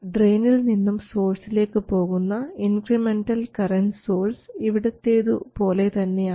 ഡ്രയിനിൽ നിന്നും സോഴ്സിലേക്ക് പോകുന്ന ഇൻക്രിമെൻറൽ കറൻറ് സോഴ്സ് ഇവിടത്തെതുപോലെ തന്നെയാണ്